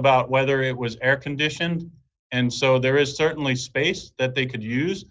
about whether it was air conditioned and so there is certainly space that they could use